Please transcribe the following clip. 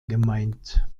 gemeint